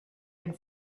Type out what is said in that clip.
and